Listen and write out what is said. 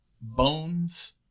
bones